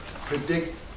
predict